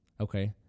Okay